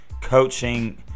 coaching